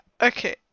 okay